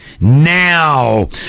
now